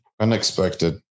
unexpected